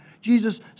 Jesus